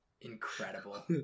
Incredible